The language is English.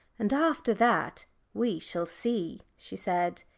and after that we shall see, she said.